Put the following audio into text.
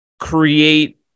create